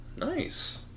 Nice